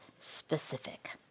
specific